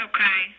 Okay